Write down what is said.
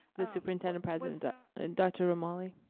the superintendent president dr. romali.